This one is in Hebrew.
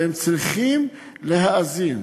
והם צריכים להאזין.